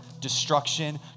destruction